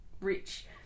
rich